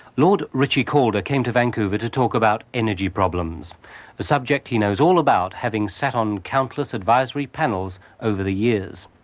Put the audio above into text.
lord ritchie-calder came to vancouver to talk about energy problems, a subject he knows all about, having sat on countless advisory panels over the years.